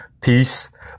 peace